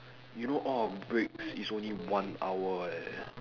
you know all our breaks is only one hour eh